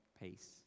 pace